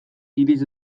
irits